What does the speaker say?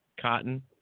cotton